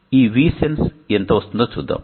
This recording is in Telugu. ఈ VSENSE ఎంత వస్తుందో చూద్దాం